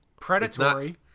predatory